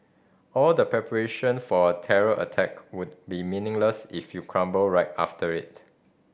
all the preparation for a terror attack would be meaningless if you crumble right after it